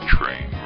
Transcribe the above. Train